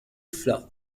flood